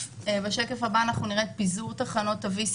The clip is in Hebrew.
אתם מבקשים את תחולת החוק מה-1